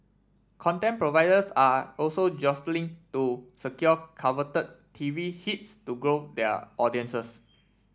content providers are also jostling to secure coveted T V hits to grow their audiences